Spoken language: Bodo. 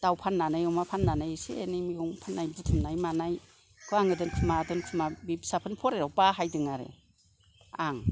दाव फाननानै अमा फाननानै एसे एनै मैगं फाननाय बुथुमनाय मानायखौ आङो दोनखुमा दोनखुमा बे फिसाफोरनि फरायनायाव बाहायदों आरो आं